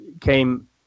came